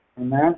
Amen